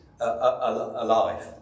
alive